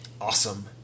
Awesome